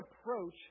approach